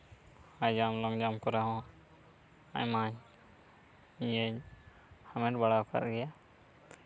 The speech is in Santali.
ᱦᱟᱭ ᱡᱟᱢᱯ ᱞᱚᱝ ᱡᱟᱢᱯ ᱠᱚᱨᱮ ᱦᱚᱸ ᱟᱭᱢᱟ ᱤᱭᱟᱹᱧ ᱦᱟᱢᱮᱴ ᱵᱟᱲᱟᱣᱠᱟᱜ ᱜᱮᱭᱟ